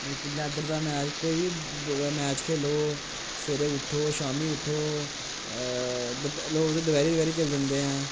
इधर दा मैच कोई बी दुआ मैच खेलो सवेरे उट्ठो शामीं उट्ठो लोक दपैहरी दपैहरी चली जंदे ऐं